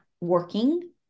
working